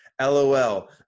LOL